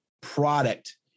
product